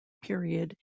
period